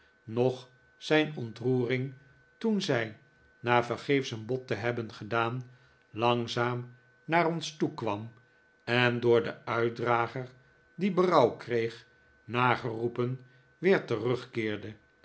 noch zijn ontroering toen zij na vergeefs een bod te hebben gedaan langzaam naar ons toe kwam en door den uitdrager die berouw kreeg nageroepen weer terugkeerde